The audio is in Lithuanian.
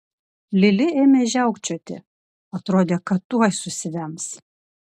lili ėmė žiaukčioti atrodė kad tuoj susivems